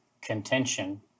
contention